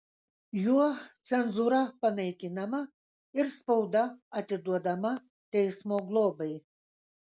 juo cenzūra panaikinama ir spauda atiduodama teismo globai